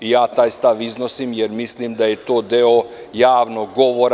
Ja taj stav iznosim jer mislim da je to deo javnog govora.